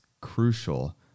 crucial